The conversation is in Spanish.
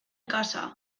casa